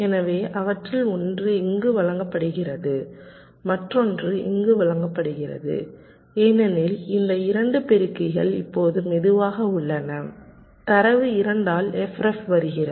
எனவே அவற்றில் ஒன்று இங்கு வழங்கப்படுகிறது மற்றொன்று இங்கு வழங்கப்படுகிறது ஏனெனில் இந்த 2 பெருக்கிகள் இப்போது மெதுவாக உள்ளன தரவு 2 ஆல் f ref வருகிறது